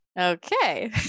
Okay